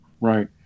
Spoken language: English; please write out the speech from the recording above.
right